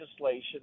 legislation